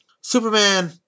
Superman